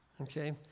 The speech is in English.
Okay